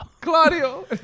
Claudio